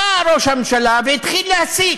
עלה ראש הממשלה והתחיל להסית